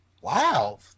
Wow